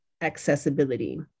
accessibility